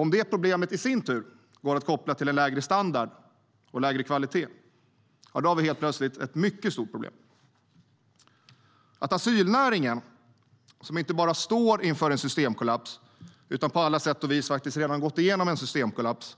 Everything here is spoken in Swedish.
Om det problemet i sin tur går att koppla till en lägre standard och lägre kvalitet har vi helt plötsligt ett mycket stort problem. Att asylnäringen, som inte bara står inför en systemkollaps utan på alla sätt och vis faktiskt redan gått igenom en systemkollaps,